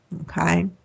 Okay